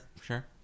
sure